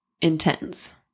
intense